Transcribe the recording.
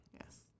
Yes